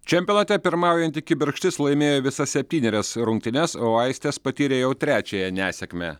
čempionate pirmaujanti kibirkštis laimėjo visas septynerias rungtynes o aistės patyrė jau trečiąją nesėkmę